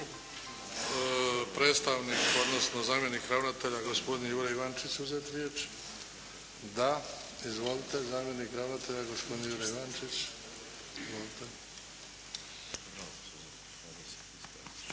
predstavnik, odnosno zamjenik ravnatelja gospodin Jure Ivančić uzeti riječ? Da. Izvolite, zamjenik ravnatelja gospodin Jure Ivančić. **Ivančić,